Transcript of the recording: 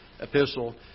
epistle